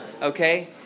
Okay